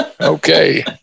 Okay